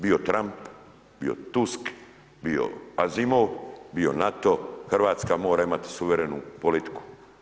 Bio Trump, bio Tusk, bio Asimovi, bio NATO, Hrvatska mora imati suvremenu politiku.